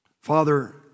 Father